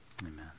amen